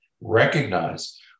recognize